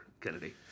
Kennedy